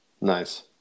Nice